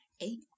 eight